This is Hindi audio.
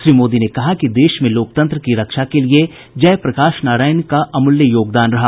श्री मोदी ने कहा कि देश में लोकतंत्र की रक्षा के लिए जय प्रकाश नारायण का अमूल्य योगदान रहा